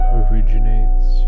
originates